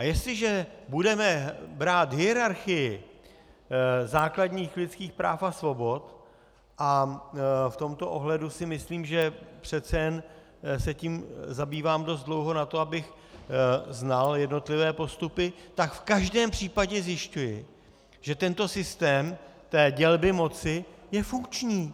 Jestliže budeme brát hierarchii základních lidských práv a svobod, a v tomto ohledu si myslím, že přece jen se tím zabývám dost dlouho na to, abych znal jednotlivé postupy, tak v každém případě zjišťuji, že tento systém dělby moci je funkční.